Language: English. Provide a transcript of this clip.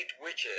witches